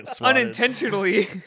unintentionally